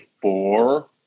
four